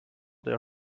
der